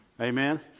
Amen